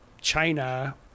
china